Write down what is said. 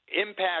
impact